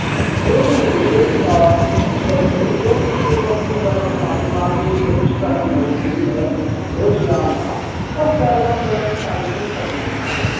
भोजने यद् यद् किमपि वयम् अस्माभिः रुचिकरं भवति वयं रोचयामः तत् सर्वं वयं खादितुं शक्नुमः